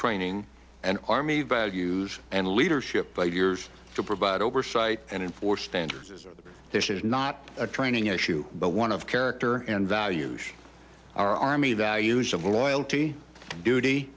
training and army values and leadership by years to provide oversight and or standards this is not a training issue but one of character and values our army values of loyalty duty